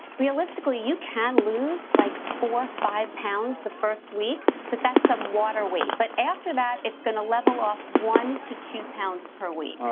realistically you can lose like four, five pounds the first week. but that's some water weight. but after that, it's going to level off one to two pounds per week.